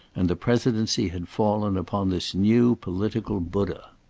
and the presidency had fallen upon this new political buddha.